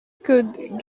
could